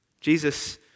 Jesus